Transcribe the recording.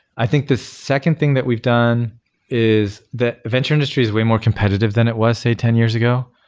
i think this second thing that we've done is that venture industry is way more competitive than it was, say, ten years ago.